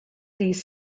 these